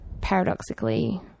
paradoxically